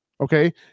Okay